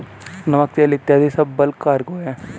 नमक, तेल इत्यादी सब बल्क कार्गो हैं